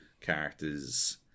characters